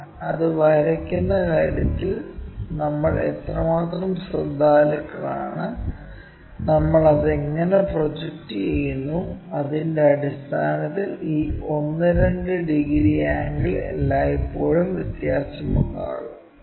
അത് വരയ്ക്കുന്ന കാര്യത്തിൽ നമ്മൾ എത്രമാത്രം ശ്രദ്ധാലുക്കളാണ് നമ്മൾ അത് എങ്ങനെ പ്രൊജക്റ്റ് ചെയ്യുന്നു അതിന്റെ അടിസ്ഥാനത്തിൽ ഈ ഒന്ന് രണ്ട് ഡിഗ്രി ആംഗിൾ എല്ലായ്പ്പോഴും വ്യത്യാസമുണ്ടാകും